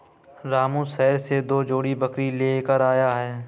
रामू शहर से दो जोड़ी बकरी लेकर आया है